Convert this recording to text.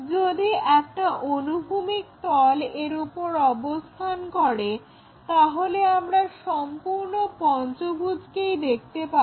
যদি এটা অনুভূমিক তল এর ওপর অবস্থান করে তাহলে আমরা সম্পূর্ণ পঞ্চভুজকেই দেখতে পাবো